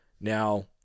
Now